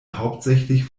hauptsächlich